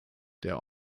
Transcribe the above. der